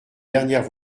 dernières